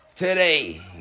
Today